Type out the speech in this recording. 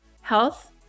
health